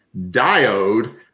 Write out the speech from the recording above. Diode